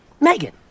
Megan